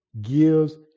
gives